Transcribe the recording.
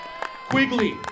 Quigley